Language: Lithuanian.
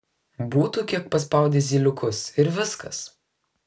būtų kiek paspaudę zyliukus ir viskas